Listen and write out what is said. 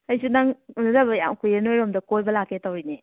ꯑꯩꯁꯨ ꯅꯪ ꯎꯅꯗꯕ ꯌꯥꯝ ꯀꯨꯏꯔꯦ ꯅꯣꯏꯔꯣꯝꯗ ꯀꯣꯏꯕ ꯂꯥꯀꯀꯦ ꯇꯧꯔꯤꯅꯦ